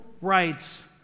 rights